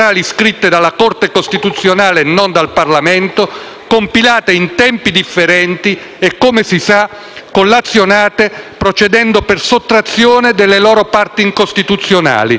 compilate in tempi differenti e, come si sa, redatte procedendo per "sottrazione" delle loro parti incostituzionali al solo fine di evitare un vuoto normativo.